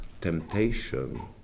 temptation